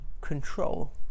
control